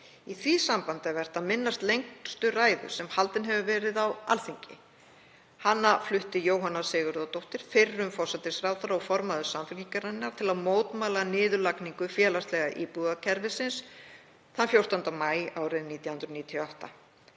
Í því sambandi er vert að minnast lengstu ræðu sem haldin hefur verið á Alþingi. Hana flutti Jóhanna Sigurðardóttir, fyrrum forsætisráðherra og formaður Samfylkingarinnar, til að mótmæla niðurlagningu félagslega íbúðakerfisins, 14. maí árið 1998.